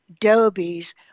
Dobies